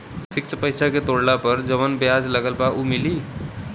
Fix पैसा के तोड़ला पर जवन ब्याज लगल बा उ मिली?